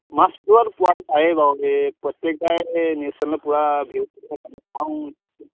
মাছ পোৱা পোৱাতো পাই বাৰু দেই প্ৰত্যেকবাৰে নিউজ চেনেলে পুৰা ভিৰ